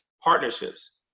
partnerships